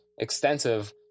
extensive